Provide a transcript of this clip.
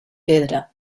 pedra